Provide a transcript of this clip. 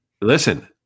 Listen